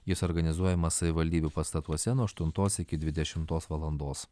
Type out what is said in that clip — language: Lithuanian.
jis organizuojamas savivaldybių pastatuose nuo aštuntos iki dvidešimtos valandos